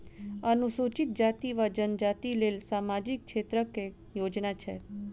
अनुसूचित जाति वा जनजाति लेल सामाजिक क्षेत्रक केँ योजना छैक?